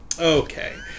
okay